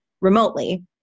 remotely